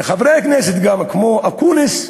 מחברי הכנסת גם, כמו אקוניס,